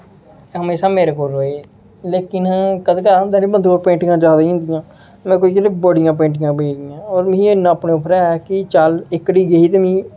हमेशा मेरे कोल गै र'वै लेकिन कदें कदें बंदे कोल होई जंदा पेंटिंगां जादा होई जंदियां मेरे कोल इ'यै जेही बड़ियां पेंटिंगां पेदियां होर मिगी इ'न्ना अपने उप्पर ऐ कि चल एह्कड़ी गेई ते मी